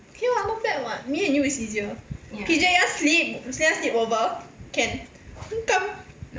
okay [what] not bad [what] me and you is easier P_J you want sleep you want sleepover can come